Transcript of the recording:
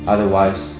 Otherwise